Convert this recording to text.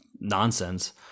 nonsense